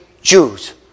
Jews